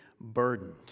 burdened